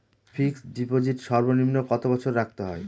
Fixed deposit সর্বনিম্ন কত বছর রাখতে হয়?